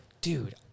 Dude